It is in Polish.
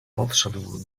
podszedł